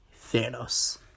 Thanos